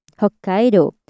Hokkaido